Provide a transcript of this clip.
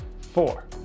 four